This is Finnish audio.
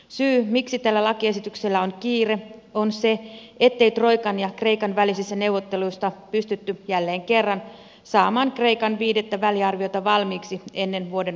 syy miksi tällä lakiesityksellä on kiire on se ettei troikan ja kreikan välisistä neuvotteluista pystytty jälleen kerran saamaan kreikan viidettä väliarviota valmiiksi ennen vuodenvaihdetta